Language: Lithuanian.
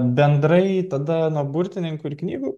bendrai tada nuo burtininkų ir knygų